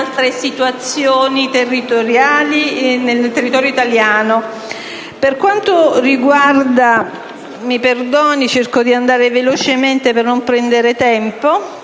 grazie.